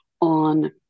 on